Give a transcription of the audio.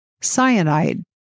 cyanide